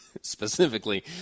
specifically